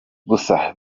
gusa